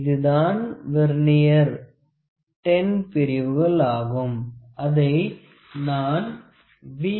இதுதான் வெர்னியர் 10 பிரிவுகள் ஆகும் அதை நான் V